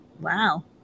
Wow